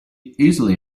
easily